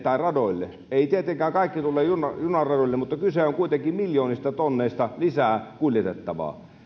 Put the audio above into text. tai radoille ei tietenkään kaikki tule junaradoille mutta kyse on kuitenkin miljoonista tonneista lisää kuljetettavaa